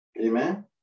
Amen